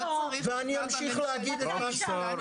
לא, זה שקר.